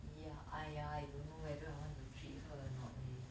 ya !aiya! I don't know whether I want to treat her or not leh